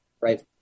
right